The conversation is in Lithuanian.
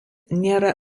nėra